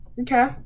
okay